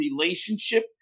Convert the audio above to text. relationship